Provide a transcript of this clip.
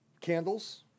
candles